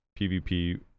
PvP